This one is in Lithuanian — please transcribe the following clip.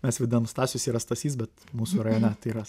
mes vadinam stasius yra stasys bet mūsų rajone tai yra